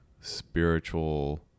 spiritual